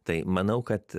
tai manau kad